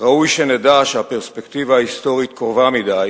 ראוי שנדע שהפרספקטיבה ההיסטורית קרובה מדי.